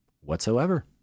whatsoever